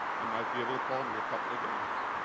i might be able to call me a couple of games.